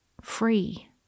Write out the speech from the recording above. free